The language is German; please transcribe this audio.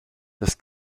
des